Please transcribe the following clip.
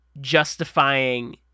justifying